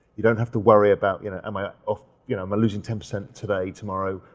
you don't have to worry about you know am i ah you know losing ten percent today, tomorrow,